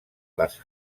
les